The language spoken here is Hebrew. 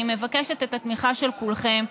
אני מבקשת את התמיכה של כולכם,